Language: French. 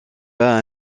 pas